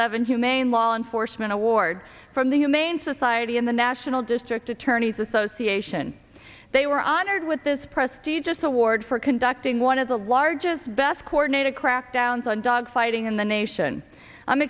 seven humane law enforcement award from the humane society in the national district attorneys association they were honored with this prestigious award for conducting one of the largest best coordinated crackdowns on dog fighting in the nation i'm